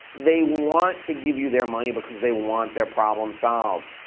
they want to give you their money because they want their problem solved.